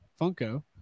Funko